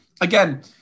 again